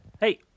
Hey